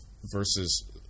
versus